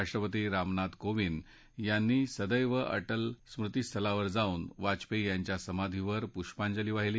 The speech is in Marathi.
राष्ट्रपती रामनाथ कोविंद यांनी सदैव अटल स्मृतीस्थळावर जाऊन वाजपेयी यांच्या समाधीवर पुष्पाजंली वाहिली